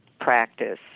practice